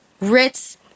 Ritz